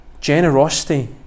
Generosity